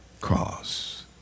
cross